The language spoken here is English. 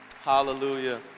Hallelujah